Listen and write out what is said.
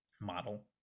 model